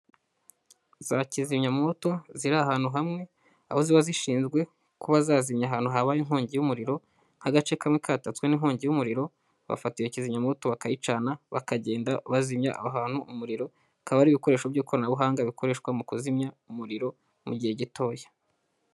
Za kizimyamwoto ziri ahantu hamwe, aho ziba zishinzwe kuba zazimya ahantu habaye inkongi y'umuriro nk'agace kamwe katatswe n'inkongi y'umuriro, bafata iyo kizimyamwoto bakayicana bakagenda bazimya aho hantu umuriro, akaba ari ibikoresho by'ikoranabuhanga bikoreshwa mu kuzimya umuriro mu gihe gitoya.